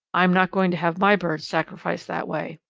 i am not going to have my birds sacrificed that way.